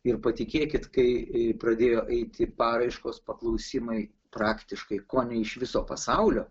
ir patikėkit kai pradėjo eiti paraiškos paklausimai praktiškai kone iš viso pasaulio